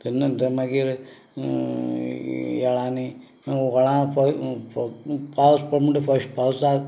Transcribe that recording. ताजे नंतर मागीर वेळांनी व्हळांनी फस्ट पावस पडलो म्हणटगीर फस्ट पावसाक